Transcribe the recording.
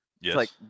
Yes